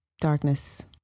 darkness